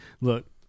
look